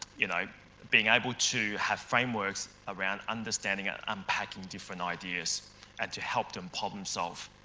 you know being able to have frameworks around understanding, ah unpacking different ideas and to help them problem solve.